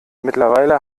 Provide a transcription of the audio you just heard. mittlerweile